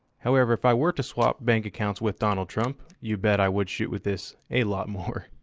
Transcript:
however, if i were to swap bank accounts with donald trump, you bet i would shoot with this a lot more.